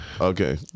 okay